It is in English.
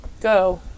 go